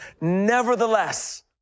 nevertheless